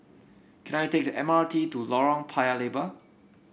can I take the M R T to Lorong Paya Lebar